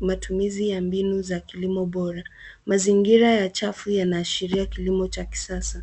matumizi ya mbinu za kilimo bora. Mazingira ya chafu yanaashiria kilimo cha kisasa.